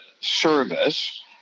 service